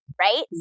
right